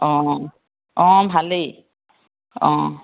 অঁ অঁ ভালেই অঁ